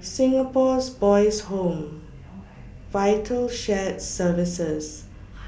Singapore's Boys' Home Vital Shared Services